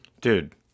Dude